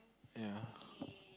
ya